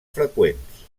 freqüents